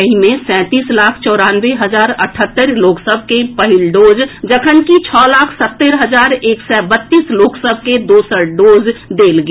एहि मे सैंतालीस लाख चौरानवे हजार अठहत्तरि लोक सभ के पहिल डोज जखन कि छओ लाख सत्तरि हजार एक सय बत्तीस लोक सभ के दोसर डोज देल गेल